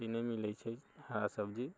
सब्जी नहि मिलै छै हरा सब्जी